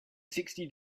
sixty